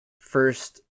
first